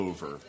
Over